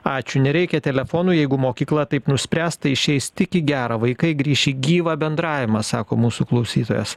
ačiū nereikia telefonų jeigu mokykla taip nuspręs tai išeis tik į gera vaikai grįš į gyvą bendravimą sako mūsų klausytojas